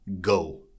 Go